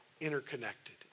interconnected